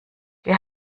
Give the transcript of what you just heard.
wir